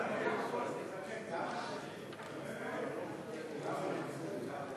החלת החוק על פרסומות שאורכן אינו עולה על חמש דקות),